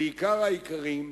ועיקר העיקרים,